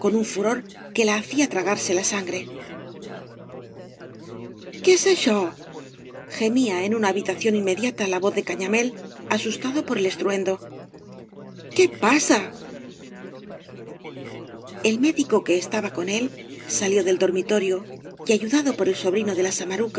que la hacía tragarse la sangre qué es aixd gemía en una habitación inmediata la voz de cañamal asustado por el estruendo qué pasa v blasco ibáñbz el médico que estaba con él balió del dormito iíoj y ayudado por el eobrino de la